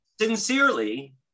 Sincerely